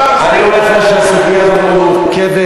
אני אומר לך שהסוגיה הזאת מאוד מורכבת,